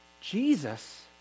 Jesus